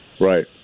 Right